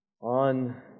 on